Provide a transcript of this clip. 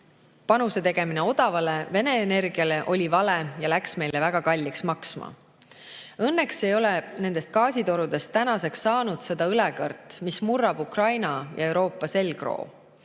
panuse tegemine odavale Vene energiale oli vale ja on läinud meile väga kalliks maksma. Õnneks ei ole nendest gaasitorudest tänaseks saanud seda õlekõrt, mis murrab Ukraina ja Euroopa selgroo.